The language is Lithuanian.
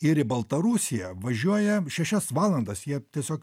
ir į baltarusiją važiuoja šešias valandas jie tiesiog